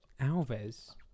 Alves